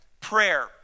prayer